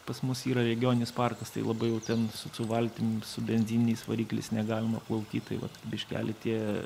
pas mus yra regioninis parkas tai labai jau ten su valtim su benzininiais varikliais negalima plaukyt tai vat biškelį tie